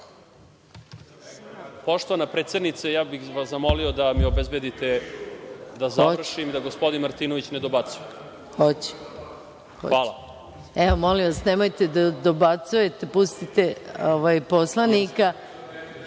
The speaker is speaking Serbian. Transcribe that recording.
pivo.)Poštovana predsednice ja bih vas zamolio da mi obezbedite da završim, da gospodin Martinović ne dobacuje. **Maja Gojković** Hoću. Molim vas nemojte da dobacujete, pustite poslanika